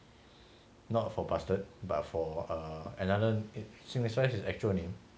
not for bastard but for err another it signifies an actual name